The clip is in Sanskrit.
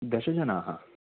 दशजनाः